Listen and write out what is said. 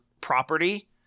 property